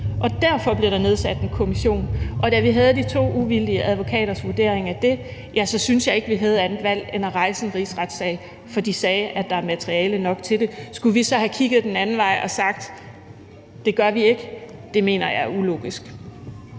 Og derfor blev der nedsat en kommission, og da vi havde de to uvildige advokaters vurdering af det, synes jeg ikke, vi havde andet valg end at rejse en rigsretssag, for de sagde, at der er materiale nok til det. Skulle vi så have kigget den anden vej og sagt: Det gør vi ikke? Det mener jeg er ulogisk.